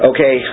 Okay